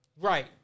Right